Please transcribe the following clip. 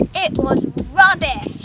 it was rubbish.